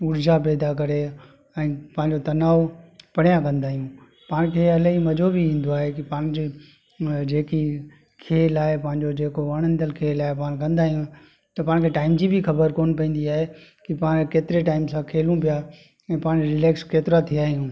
ऊर्जा पैदा करे ऐं पंहिंजो तनाव परियां कंदा आयूं पाण खे अलाई मजो बि ईंदो आहे की पाण जे जेको वणंदड़ु खेल आए पाण कंदा आयूं त पाण खे टाइम जी भी ख़बर कोन पईंदी आहे की पाण केतिरे टाइम सां खेलूं पिया ऐं पाण रिलेक्स केतिरा थिया आहियूं